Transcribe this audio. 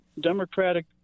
democratic